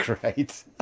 Great